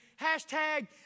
Hashtag